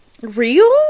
real